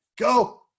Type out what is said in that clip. go